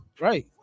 Right